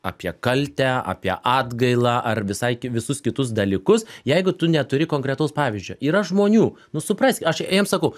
apie kaltę apie atgailą ar visai visus kitus dalykus jeigu tu neturi konkretaus pavyzdžio yra žmonių nu supras aš jiem sakau